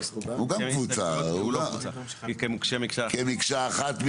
חבר הכנסת, אבי מעוז, כמקשה אחת.